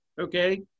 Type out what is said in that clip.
okay